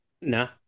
No